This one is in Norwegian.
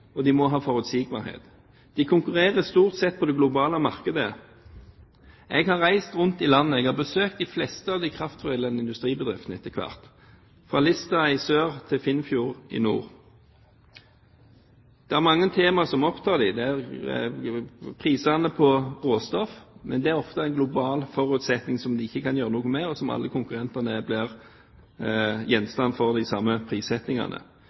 besøkt de fleste kraftforedlende industribedrifter, fra Lista i sør til Finnfjord i nord. Det er mange temaer som opptar dem, f.eks. prisene på råstoff, som ofte er en global forutsetning som en ikke kan gjøre noe med, og alle konkurrentene blir gjenstand for de samme prissettingene.